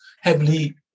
heavily